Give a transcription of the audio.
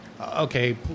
Okay